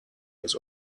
was